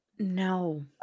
No